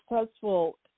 successful